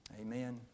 Amen